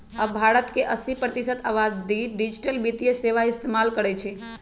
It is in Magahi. अब भारत के अस्सी प्रतिशत आबादी डिजिटल वित्तीय सेवाएं इस्तेमाल करई छई